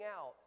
out